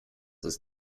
ist